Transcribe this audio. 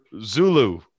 Zulu